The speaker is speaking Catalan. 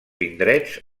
indrets